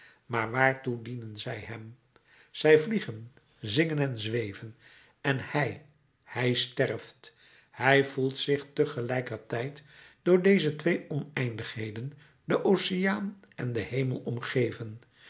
maar waartoe dienen zij hem zij vliegen zingen en zweven en hij hij sterft hij voelt zich tegelijkertijd door deze twee oneindigheden den oceaan en den hemel omgeven